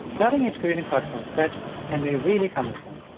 starting each greeting card from scratch can be really cumbersome.